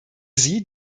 sie